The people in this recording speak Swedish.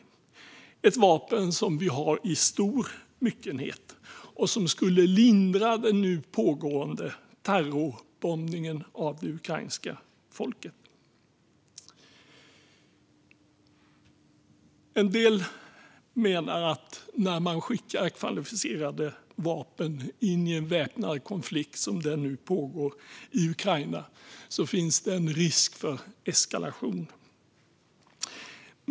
Det är ett vapen som vi har i stor myckenhet och som skulle lindra den nu pågående terrorbombningen av det ukrainska folket. En del menar att när man skickar kvalificerade vapen in i en väpnad konflikt, som den som nu pågår i Ukraina, finns det en risk för eskalation.